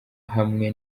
hamwe